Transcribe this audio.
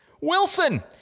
Wilson